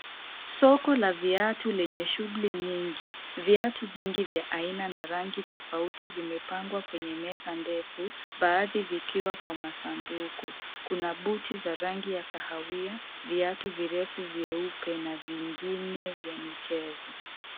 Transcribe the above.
Soko la viatu lenye shughuli nyingi viatu vingi vya aina na rangi tofauti vimepangwa kwenye meza ndefu baadhi vikiwa kwa masanduku . Kuna buti za rangi ya kahawia , viatu virefu vyeuppe na vingine vya michezo.